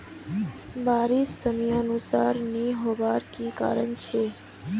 बारिश समयानुसार नी होबार की कारण छे?